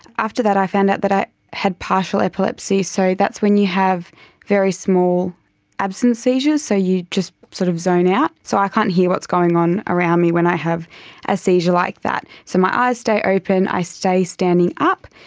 after that i found out that i had partial epilepsy, so that's when you have very small absence seizures, so you just sort of zone out, so i can't hear what's going on around me when i have a seizure like that. so my eyes stay open, i stay standing up.